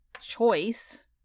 choice